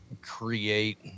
create